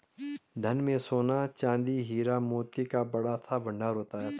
धन में सोना, चांदी, हीरा, मोती का बड़ा सा भंडार होता था